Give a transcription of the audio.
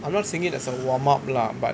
I'm not seeing it as a warm up lah but